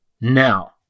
now